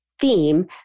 theme